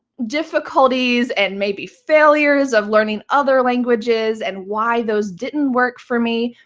difficulties and maybe failures of learning other languages and why those didn't work for me.